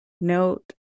note